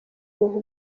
ibintu